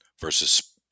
Versus